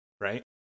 right